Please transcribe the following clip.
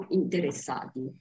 interessati